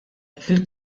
fil